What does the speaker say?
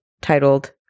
titled